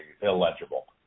illegible